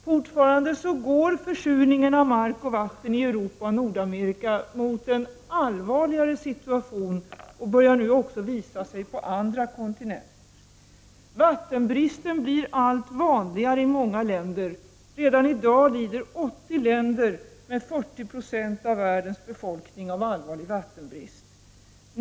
Fortfarande går försurningen av mark och vatten i Europa och Nordamerika mot en allvarlig situation och börjar nu också visa sig på andra kontinenter. Vattenbristen blir allt vanligare i många länder. Redan i dag lider 80 länder med 40 96 av världens befolkning av allvarlig vattenbrist.